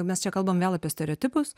mes čia kalbam vėl apie stereotipus